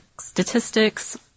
statistics